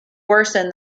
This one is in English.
worsen